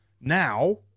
Now